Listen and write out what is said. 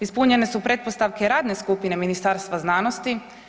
Ispunjene su pretpostavke radne skupine Ministarstva znanosti.